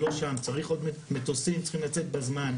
צריך עוד מטוסים, צריכים לצאת בזמן,